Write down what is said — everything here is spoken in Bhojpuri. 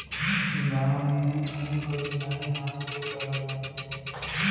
गांव में ऊन क बिनाई हाथे से करलन